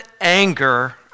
anger